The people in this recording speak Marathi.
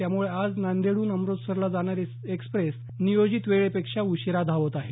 त्यामुळे आज नांदेडहून अमृतसरला जाणारी सचखंड एक्सप्रेस नियोजित वेळेपेक्षा उशीरा धावत आहे